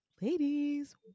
ladies